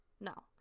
no